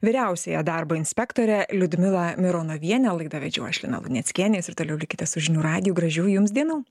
vyriausiąją darbo inspektorę liudmilą mironovienę laidą vedžiau aš lina luneckienė jūs ir toliau likite su žinių radiju gražių jums dienų